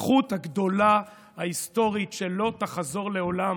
הזכות הגדולה, ההיסטורית, שלא תחזור לעולם,